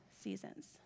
seasons